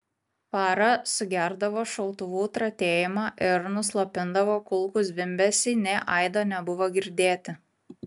fara sugerdavo šautuvų tratėjimą ir nuslopindavo kulkų zvimbesį nė aido nebuvo girdėti